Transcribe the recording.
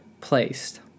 placed